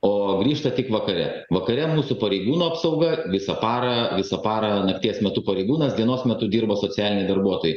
o grįžta tik vakare vakare mūsų pareigūnų apsauga visą parą visą parą nakties metu pareigūnas dienos metu dirba socialiniai darbuotojai